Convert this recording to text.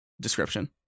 description